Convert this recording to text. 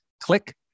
Click